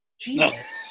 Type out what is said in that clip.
Jesus